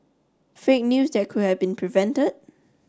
fake news that could have been prevented